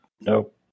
Nope